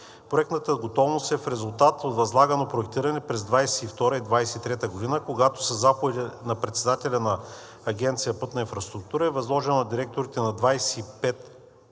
Проектната готовност е в резултат от възлагано проектиране през 2022 – 2023 г., когато със заповеди на председателя на Агенция „Пътна инфраструктура“ е възложено на директорите на 25